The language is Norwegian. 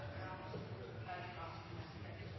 AS